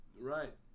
Right